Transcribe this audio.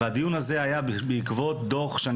הדיון הזה היה בעקבות דוח מבקר המדינה שאני